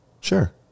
sure